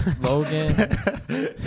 Logan